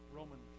Roman